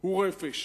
הוא רפש.